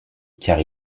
car